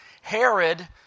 Herod